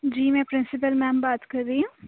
جی میں principal ma'am بات کر رہی ہوں